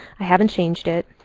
i haven't changed it.